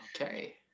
Okay